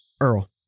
Earl